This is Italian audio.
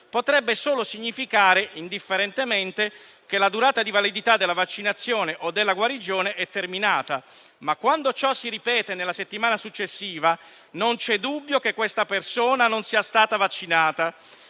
potrebbe solo significare, indifferentemente, che la durata della validità della vaccinazione o della guarigione è terminata. Quando però ciò si ripete nella settimana successiva, non c'è dubbio che questa persona non sia stata vaccinata.